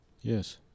Yes